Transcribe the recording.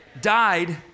died